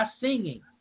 singing